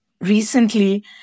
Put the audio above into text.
recently